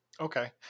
Okay